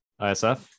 isf